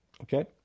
okay